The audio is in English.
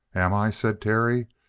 am i? said terry,